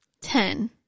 Ten